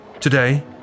Today